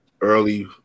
early